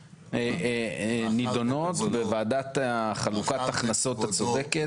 נידונות בוועדת חלוקת ההכנסות הצודקת.